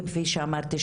כפי שאמרתי,